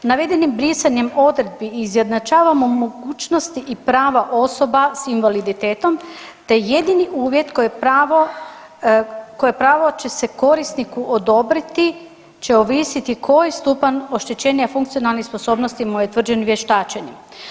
Navedenim brisanjem odredbi izjednačavamo mogućnosti i prava osoba s invaliditetom te jedini uvjet koje pravo će se korisniku odobriti će ovisiti koji stupanj oštećenja funkcionalnih sposobnosti mu je utvrđen vještačenjem.